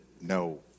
no